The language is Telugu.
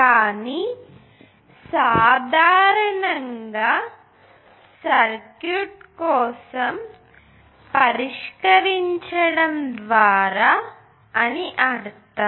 కానీ సాధారణంగా సర్క్యూట్ కోసం పరిష్కరించడం ద్వారా అని అర్థం